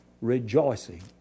Rejoicing